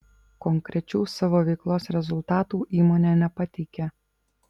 konkrečių savo veiklos rezultatų įmonė nepateikė